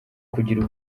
kugira